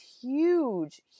huge